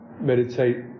meditate